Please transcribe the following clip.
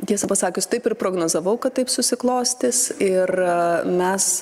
tiesą pasakius taip ir prognozavau kad taip susiklostys ir mes